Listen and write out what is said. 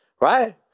Right